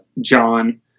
John